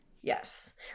Yes